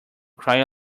cry